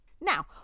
Now